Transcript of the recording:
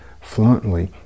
fluently